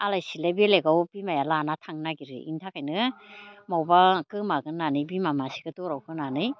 आलाय सिलाय बेलेगाव बिमाया लाना थांनो नागिरो इनि थाखायनो मावबा गोमागोन होननानै बिमा मासेखो दरआव होनानै